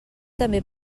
també